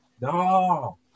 No